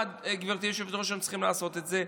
וגברתי היושבת-ראש, למה הם צריכים לעשות את זה?